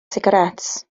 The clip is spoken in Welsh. sigaréts